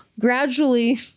Gradually